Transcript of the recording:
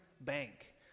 bank